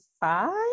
five